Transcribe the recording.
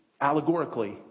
allegorically